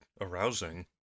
arousing